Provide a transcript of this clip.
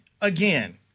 again